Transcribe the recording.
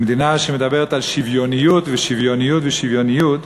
במדינה שמדברת על שוויוניות ושוויוניות ושוויוניות,